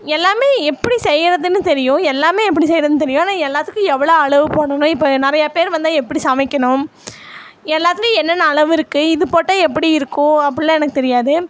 எல்லாமே எப்படி செய்கிறதுனு தெரியும் எல்லாமே எப்படி செய்கிறதுனு தெரியும் ஆனால் எல்லாத்துக்கும் எவ்வளோ அளவு போடணும் இப்போ நிறைய பேர் வந்தால் எப்படி சமைக்கணும் எல்லாத்துலேயும் என்னென்ன அளவு இருக்குது இது போட்ட எப்படி இருக்கும் அப்படியெலாம் எனக்கு தெரியாது